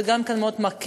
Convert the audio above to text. זה גם מאוד מקל,